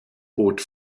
bot